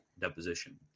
deposition